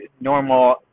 normal